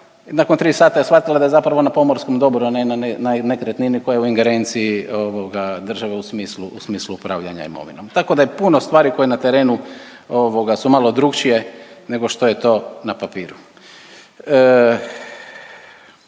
nakon tri sata je shvatila da je zapravo na pomorskom dobru, a ne na nekretnini koja je u ingerenciji ovoga države u smislu, u smislu upravljanja imovinom. Tako da je puno stvari koje na terenu ovoga su malo drukčije nego što je to na papiru.